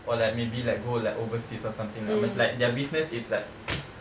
or like maybe like go like overseas or something like um like their business is like